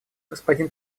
господин